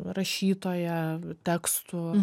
rašytoja tekstų